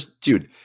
dude